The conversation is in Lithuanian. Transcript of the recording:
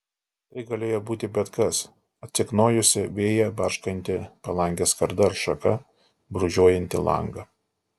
tai galėjo būti bet kas atsiknojusi vėjyje barškanti palangės skarda ar šaka brūžuojanti langą